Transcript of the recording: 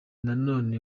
nanone